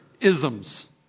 isms